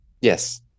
Yes